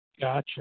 Gotcha